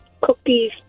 cookies